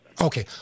Okay